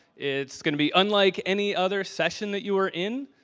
it's going to be unlike any other session that you were in,